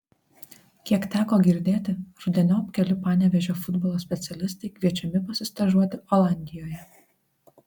kiek teko girdėti rudeniop keli panevėžio futbolo specialistai kviečiami pasistažuoti olandijoje